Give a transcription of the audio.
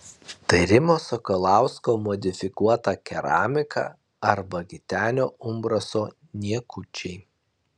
tai rimo sakalausko modifikuota keramika arba gitenio umbraso niekučiai